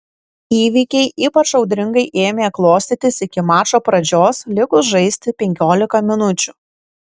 įvykiai ypač audringai ėmė klostytis iki mačo pradžios likus žaisti penkiolika minučių